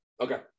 Okay